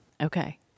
Okay